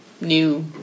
new